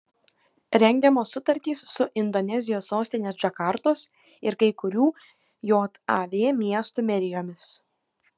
rengiamos sutartys su indonezijos sostinės džakartos ir kai kurių jav miestų merijomis